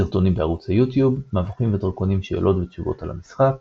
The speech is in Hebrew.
סרטונים בערוץ היוטיוב מבוכים ודרקונים – שאלות ותשובות על המשחק